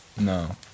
No